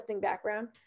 background